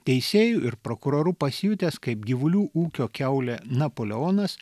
teisėju ir prokuroru pasijutęs kaip gyvulių ūkio kiaulė napoleonas